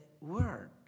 word